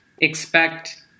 expect